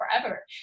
forever